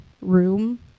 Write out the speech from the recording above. room